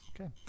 okay